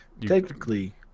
Technically